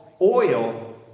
oil